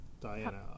Diana